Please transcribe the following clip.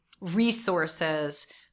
resources